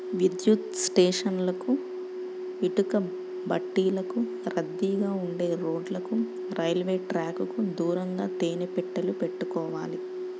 విద్యుత్ స్టేషన్లకు, ఇటుకబట్టీలకు, రద్దీగా ఉండే రోడ్లకు, రైల్వే ట్రాకుకు దూరంగా తేనె పెట్టెలు పెట్టుకోవాలి